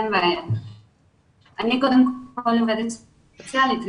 אני עובדת סוציאלית.